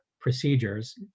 procedures